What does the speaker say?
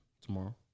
tomorrow